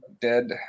dead